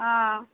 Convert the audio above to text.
ஆ